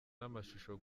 n’amashusho